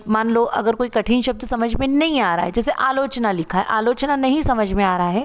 मान लो अगर कोई कठिन शब्द समझ में नहीं आ रहा है जैसे आलोचना लिखा है आलोचना नहीं समझ में आ रहा है